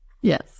Yes